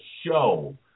show